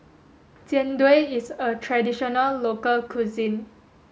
Jian Dui is a traditional local cuisine